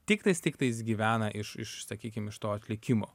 tiktais tiktais gyvena iš iš sakykim iš to atlikimo